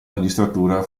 magistratura